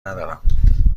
ندارم